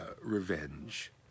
revenge